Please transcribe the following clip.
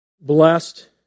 blessed